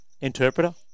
interpreter